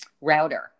router